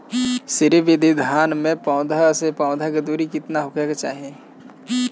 श्री विधि धान में पौधे से पौधे के दुरी केतना होला?